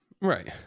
right